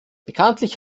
bekanntlich